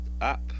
app